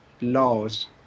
laws